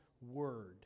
Word